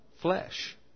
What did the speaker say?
flesh